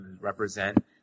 represent